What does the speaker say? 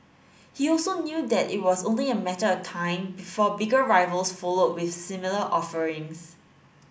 he also knew that it was only a matter of time before bigger rivals followed with similar offerings